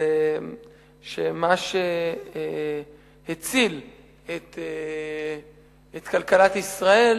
מה שהציל את כלכלת ישראל